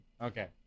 Okay